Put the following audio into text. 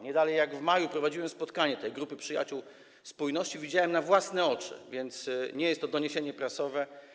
Nie dalej jak w maju prowadziłem spotkanie grupy przyjaciół spójności, widziałem ją na własne oczy, więc nie jest to doniesienie prasowe.